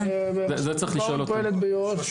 רשות שוק ההון פועלת ביו"ש,